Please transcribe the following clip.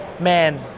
Man